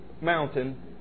mountain